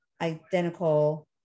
identical